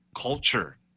Culture